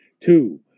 Two